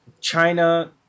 China